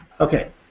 Okay